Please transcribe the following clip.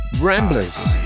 Ramblers